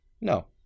No